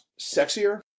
sexier